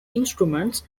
instruments